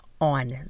on